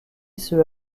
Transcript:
ceux